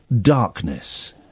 darkness